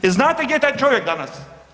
E znate gdje je taj čovjek danas?